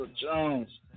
Jones